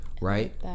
Right